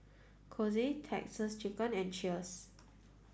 Kose Texas Chicken and Cheers